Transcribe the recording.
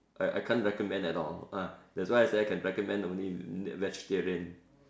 I I can't recommend at all ah that's why I say I can recommend only vegetarian